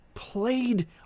played